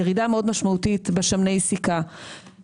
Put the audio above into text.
בוקר טוב, אני מתכבד לפתוח את הישיבה.